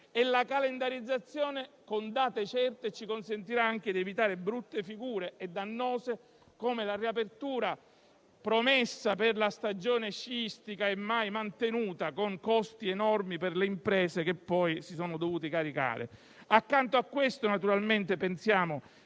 e la calendarizzazione con date certe ci consentirà anche di evitare brutte figure e dannose, come la riapertura promessa per la stagione sciistica e mai mantenuta, con costi enormi di cui le imprese si sono dovute caricare. Accanto a questo naturalmente pensiamo